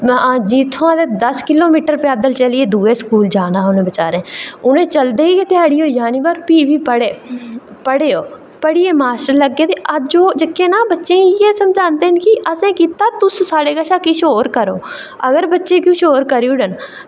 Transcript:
ते इत्थुआं दस्स किलोमीटर पैदल चलियै दूए स्कूल जाना हा उनें बेचारें उ'नें चलदे ई ध्याड़ी होई जाना पर पढ़े पढ़े ओह् ते पढ़ियै मास्टर लग्गे ओह् ते अज्ज ओह् बच्चें गी ना इ'यै समझांदे न कि असें कीता तुस साढ़े कशा अग्गें किश होर करो अगर बच्चे अग्गें किश होर करी ओड़न